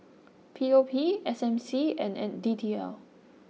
P O P S M C and D T L